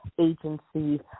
agency